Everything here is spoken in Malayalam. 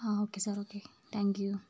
ആ okay sir okay thank U